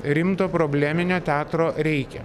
rimto probleminio teatro reikia